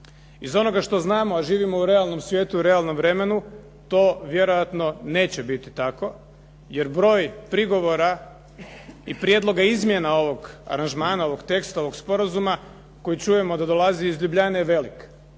Iz onoga što znamo, a živimo u realnom svijetu, realnom vremenu, to vjerojatno neće biti tako jer broj prigovora i prijedloga izmjena ovog aranžmana, ovog teksta ovog sporazuma, koji čujemo da dolazi iz Ljubljane, je velik.